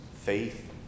faith